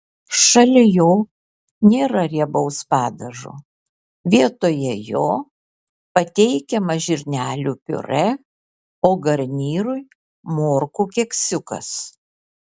šalia jo nėra riebaus padažo vietoje jo pateikiama žirnelių piurė o garnyrui morkų keksiukas